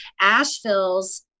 Asheville's